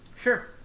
Sure